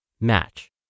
match